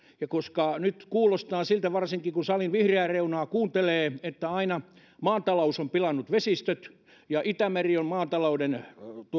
ja kun nyt kuulostaa siltä varsinkin kun salin vihreää reunaa kuuntelee että aina maatalous on pilannut vesistöt ja itämeri on maatalouden